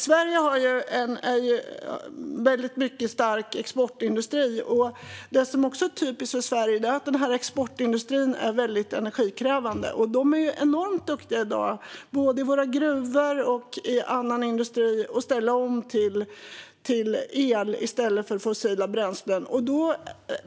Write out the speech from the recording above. Sverige har en väldigt stark exportindustri. Något som också är typiskt för Sverige är att exportindustrin är väldigt energikrävande. Både i våra gruvor och i annan industri är man i dag enormt duktig på att ställa om från fossila bränslen till el.